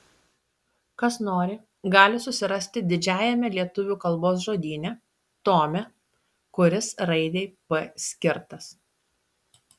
kas nori gali susirasti didžiajame lietuvių kalbos žodyne tome kuris raidei p skirtas